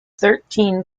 thirteen